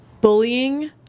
bullying